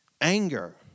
Anger